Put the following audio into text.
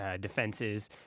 defenses